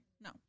No